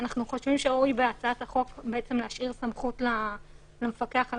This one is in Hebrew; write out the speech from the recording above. אנחנו חושבים שראוי בהצעת החוק להשאיר סמכות למפקח על